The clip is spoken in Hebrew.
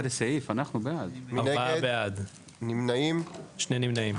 מי נמנע?‬‬‬‬‬ הצבעה בעד 4 נמנעים 2 אושר.